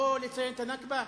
לא לציין את ה"נכבה"?